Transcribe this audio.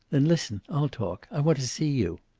then listen i'll talk. i want to see you.